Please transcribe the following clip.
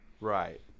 Right